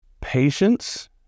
Patience